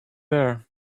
there